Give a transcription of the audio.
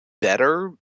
better